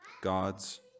God's